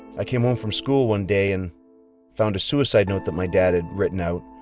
i came home from school one day and found a suicide note that my dad had written out.